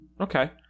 Okay